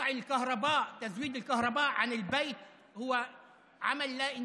(אומר דברים בשפה הערבית, להלן תרגומם: